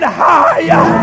higher